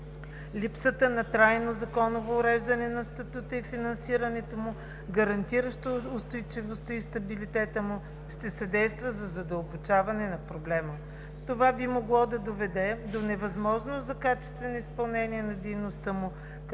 Липсата на трайно законово уреждане на статута и финансирането му, гарантиращо устойчивостта и стабилитета му, ще съдейства за задълбочаване на проблема. Това би могло да доведе до невъзможност за качествено изпълнение на дейността му